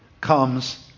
comes